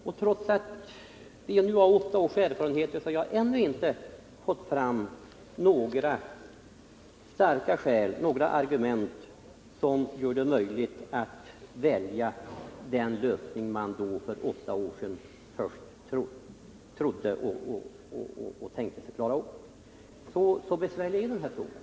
Och trots att vi nu har åtta års erfarenheter har vi ännu inte fått fram några argument som gör det möjligt att välja den lösning som man för åtta år sedan tänkte sig. Så besvärlig är den här frågan.